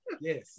Yes